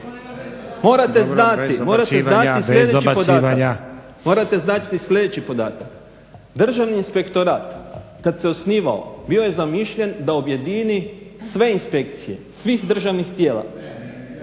Morate znati sljedeći podatak. Državni inspektorat kada se osnivao bio je zamišljen da objedini sve inspekcije, svih državnih tijela…